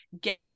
get